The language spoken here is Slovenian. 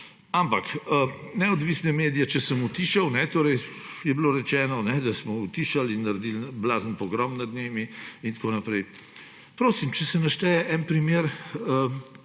gre. Neodvisne medije, če sem utišal – bilo je rečeno, da smo utišali in naredili blazen pogrom nad njimi in tako naprej – prosim, da se našteje en primer,